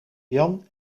jan